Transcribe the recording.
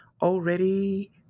already